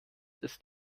ist